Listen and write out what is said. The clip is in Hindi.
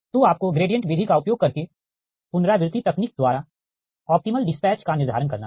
तो आपको ग्रेडिएंट विधि का उपयोग करके पुनरावृति तकनीक द्वारा ऑप्टीमल डिस्पैच का निर्धारण करना हैं